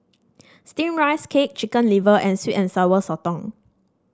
steamed Rice Cake Chicken Liver and sweet and Sour Sotong